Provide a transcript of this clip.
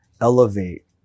elevate